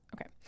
Okay